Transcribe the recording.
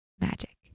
Magic